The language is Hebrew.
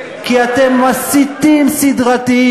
עושים את זה כי אתם מסיתים סדרתיים,